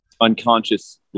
unconscious